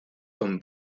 con